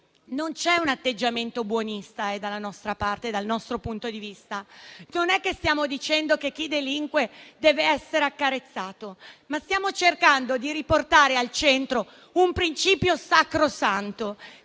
Non è un atteggiamento buonista, dal nostro punto di vista. Non stiamo dicendo che chi delinque deve essere accarezzato; stiamo cercando di riportare al centro un principio sacrosanto,